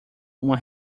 uma